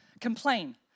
complain